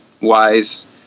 wise